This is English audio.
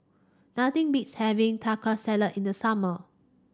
nothing beats having Taco Salad in the summer